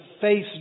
face